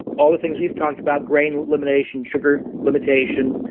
all the things we've talked about, grain elimination, sugar limitation,